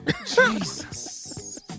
Jesus